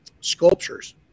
sculptures